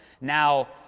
Now